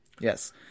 Yes